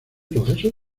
proceso